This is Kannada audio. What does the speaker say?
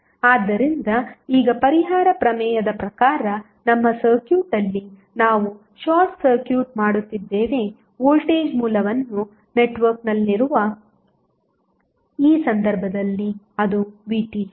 ಹೀಗಿರುತ್ತದೆ ಆದ್ದರಿಂದ ಈಗ ಪರಿಹಾರ ಪ್ರಮೇಯದ ಪ್ರಕಾರ ನಮ್ಮ ಸರ್ಕ್ಯೂಟ್ ಅಲ್ಲಿ ನಾವು ಶಾರ್ಟ್ ಸರ್ಕ್ಯೂಟ್ ಮಾಡುತ್ತಿದ್ದೇವೆ ವೋಲ್ಟೇಜ್ ಮೂಲವನ್ನು ನೆಟ್ವರ್ಕ್ನಲ್ಲಿರುವ ಈ ಸಂದರ್ಭದಲ್ಲಿ ಅದು Vth